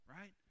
right